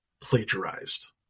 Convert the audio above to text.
plagiarized